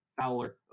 Fowler